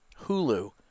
Hulu